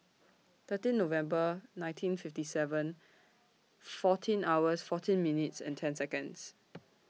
thirteen November nineteen fifty seven fourteen hours fourteen minutes and ten Seconds